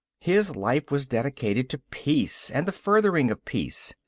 his life was dedicated to peace and the furthering of peace.